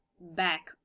back